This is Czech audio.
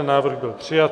Návrh byl přijat.